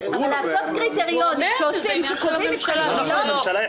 אבל לקבוע קריטריון נכון, זה